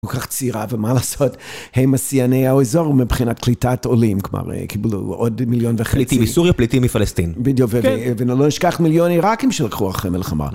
הhא כל כך צעירה, ומה לעשות, הם שיאני האזור מבחינת קליטת עולים. כלומר, קיבלו עוד מיליון וחצי. - פליטים מסוריה, פליטים מפלסטין. - בדיוק, ולא נשכח מיליון עיראקים שלקחו אחרי מלחמה.